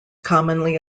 commonly